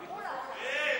היי,